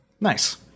Nice